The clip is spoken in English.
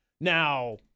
Now